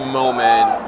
moment